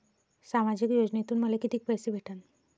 सामाजिक योजनेतून मले कितीक पैसे भेटन?